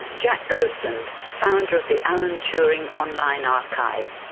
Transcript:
jack copeland, founder of the alan turing online archive.